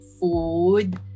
food